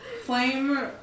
Flame